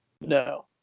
No